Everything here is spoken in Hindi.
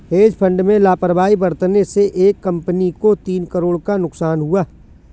हेज फंड में लापरवाही बरतने से एक कंपनी को तीन करोड़ का नुकसान हुआ